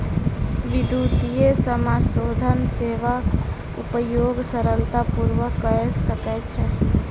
विद्युतीय समाशोधन सेवाक उपयोग सरलता पूर्वक कय सकै छै